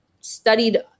studied